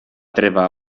treva